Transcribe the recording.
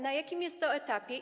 Na jakim jest to etapie?